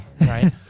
Right